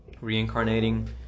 Reincarnating